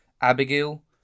Abigail